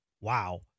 wow